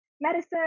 medicine